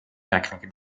tecniche